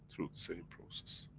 through the same process.